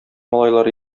малайлар